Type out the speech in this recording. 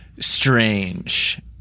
strange